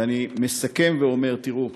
ואני מסכם ואומר: תראו,